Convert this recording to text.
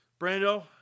Brando